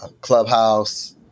clubhouse